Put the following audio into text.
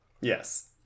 Yes